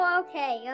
okay